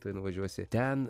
tuoj nuvažiuosi ten